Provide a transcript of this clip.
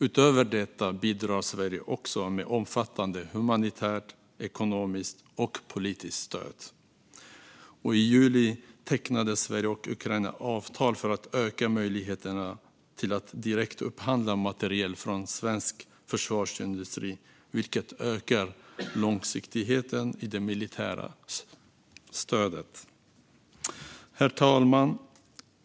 Utöver det bidrar Sverige också med ett omfattande humanitärt, ekonomiskt och politiskt stöd. I juli tecknade Sverige och Ukraina avtal för att öka möjligheterna att direktupphandla materiel från svensk försvarsindustri, vilket ökar långsiktigheten i det militära stödet. Herr talman!